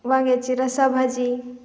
वांग्याची रसाभाजी